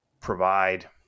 provide